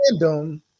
random